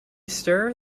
stir